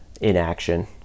inaction